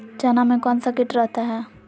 चना में कौन सा किट रहता है?